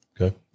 okay